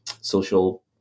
social